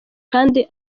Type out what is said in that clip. kandi